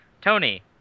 Tony